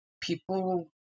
people